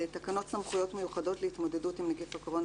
תקנות סמכויות מיוחדות להתמודדות עם נגיף הקורונה